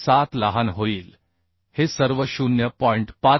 57 लहान होईल हे सर्व 0